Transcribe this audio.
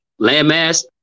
landmass